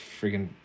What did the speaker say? freaking